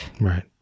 Right